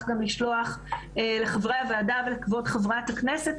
גם לשלוח לחברי הוועדה ולחברת הכנסת,